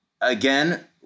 again